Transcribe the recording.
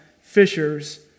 fishers